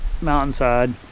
mountainside